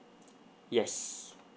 yes